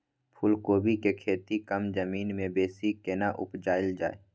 फूलकोबी के खेती कम जमीन मे बेसी केना उपजायल जाय?